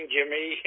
Jimmy